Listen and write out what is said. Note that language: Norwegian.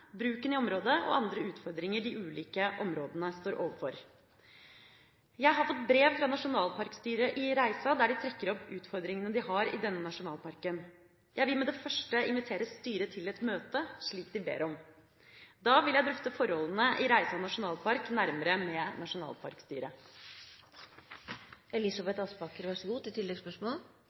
bruken i området og andre utfordringer de ulike områdene står overfor. Jeg har fått brev fra nasjonalparkstyret i Reisa der de trekker opp utfordringene de har i denne nasjonalparken. Jeg vil med det første invitere styret til et møte slik de ber om. Da vil jeg drøfte forholdene i Reisa nasjonalpark nærmere med nasjonalparkstyret.